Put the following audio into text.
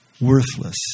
worthless